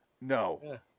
No